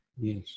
Yes